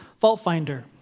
fault-finder